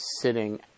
sitting